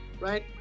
Right